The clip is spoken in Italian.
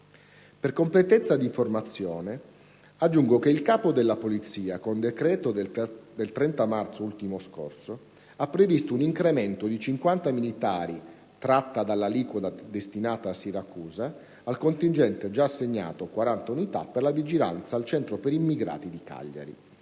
Per completezza d'informazione, aggiungo che il Capo della Polizia, con decreto del 30 marzo ultimo scorso, ha previsto l'incremento di 50 militari - tratti dall'aliquota impiegata a Siracusa - al contingente già assegnato (40 unità) per la vigilanza al centro per immigrati di Cagliari.